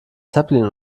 zeppelin